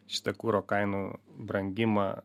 šitą kuro kainų brangimą